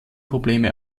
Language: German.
probleme